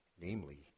namely